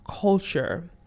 culture